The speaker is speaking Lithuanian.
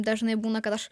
dažnai būna kad aš